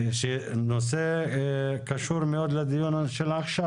נושא שקשור מאוד לדיון של עכשיו,